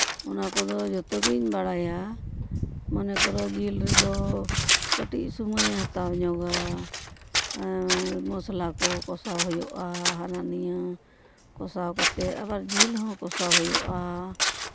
ᱚᱱᱟ ᱠᱚᱫᱚ ᱡᱚᱛᱚ ᱜᱤᱧ ᱵᱟᱲᱟᱭᱟ ᱢᱚᱱᱮ ᱠᱚᱨᱚ ᱡᱤᱞ ᱨᱮᱫᱚ ᱠᱟᱹᱴᱤᱡ ᱥᱚᱢᱚᱭᱮ ᱦᱟᱛᱟᱣ ᱧᱚᱜᱼᱟ ᱢᱚᱥᱞᱟ ᱠᱚ ᱠᱚᱥᱟᱣ ᱦᱩᱭᱩᱜᱼᱟ ᱦᱟᱱᱟ ᱱᱤᱭᱟᱹ ᱠᱚᱥᱟᱣ ᱠᱟᱛᱮᱫ ᱟᱵᱟᱨ ᱡᱤᱞ ᱦᱚᱸ ᱠᱚᱥᱟᱣ ᱦᱩᱭᱩᱜᱼᱟ